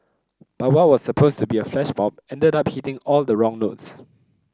but what was supposed to be a flash mob ended up hitting all the wrong notes